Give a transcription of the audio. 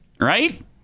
right